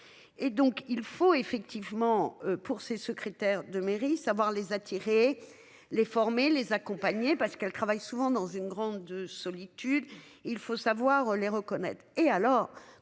Et donc il faut effectivement pour ses secrétaires de mairie savoir les attirer les former les accompagner parce qu'elle travaille souvent dans une grande solitude. Il faut savoir les reconnaître